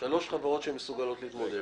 חברות שמסוגלות להתמודד.